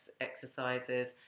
exercises